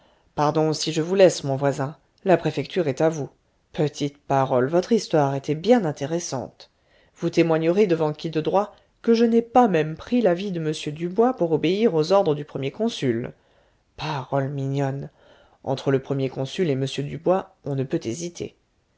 pardon si je vous laisse mon voisin la préfecture est à vous petite parole votre histoire était bien intéressante vous témoignerez devant qui de droit que je n'ai pas même pris l'avis de m dubois pour obéir aux ordres du premier consul parole mignonne entre le premier consul et m dubois on ne peut hésiter